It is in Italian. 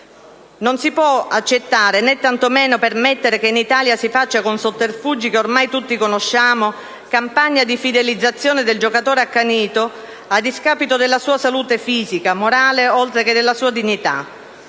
Non si può accettare né tanto meno permettere che in Italia si faccia, con sotterfugi che ormai tutti conosciamo, una campagna di fidelizzazione del giocatore accanito, a discapito della sua salute fisica, morale oltre che della sua dignità.